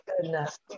goodness